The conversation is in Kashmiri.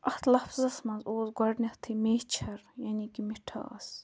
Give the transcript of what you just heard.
اَتھ لَفظَس منٛز اوس گۄڈنیٚتھٕے میچھَر یعنی کہِ مِٹھاس